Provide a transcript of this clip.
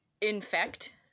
infect